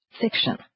fiction